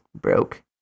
broke